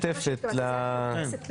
הצעת חוק העונשין (תיקון עבירה כלפי קשיש או חסר ישע),